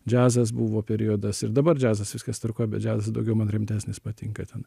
džiazas buvo periodas ir dabar džiazas viskas tvarkoj bet džiazas daugiau man rimtesnis patinka ten